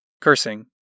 Cursing